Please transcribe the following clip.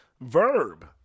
Verb